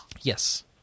Yes